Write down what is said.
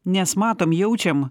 nes matom jaučiam